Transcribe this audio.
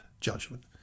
judgment